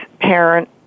parent